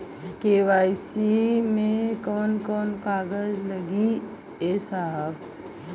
KYC मे कवन कवन कागज लगी ए साहब?